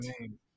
name